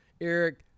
Eric